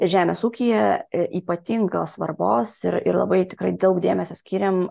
žemės ūkyje ypatingos svarbos ir ir labai tikrai daug dėmesio skyrėm